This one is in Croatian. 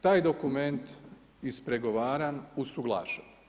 Taj dokument ispregovaran, usuglašen.